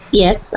yes